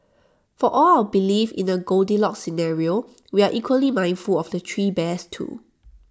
for all our belief in the goldilocks scenario we are equally mindful of the three bears too